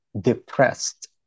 depressed